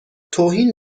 توهین